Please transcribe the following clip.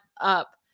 up